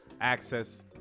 access